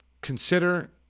consider